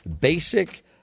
basic